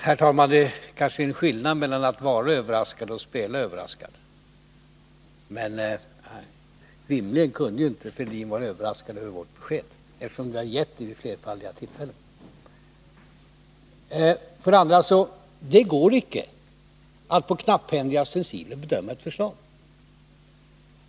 Herr talman! Det är kanske en skillnad mellan att vara överraskad och att spela överraskad. Men rimligen kunde inte herr Fälldin vara överraskad över vårt besked, eftersom vi har gett det vid flerfaldiga tillfällen. Det går icke att på grundval av knapphändiga stenciler bedöma ett förslag.